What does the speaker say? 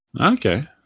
Okay